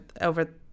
over